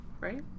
right